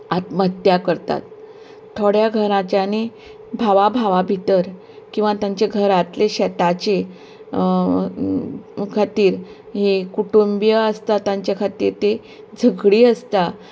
आत्महत्या करतात थोड्या घराच्यांनी भावां भावां भितर किंवां तांचे घरांतले शेताचे खातीर हे कुटंबीय आसता तांचे खातीर ती झगडी आसता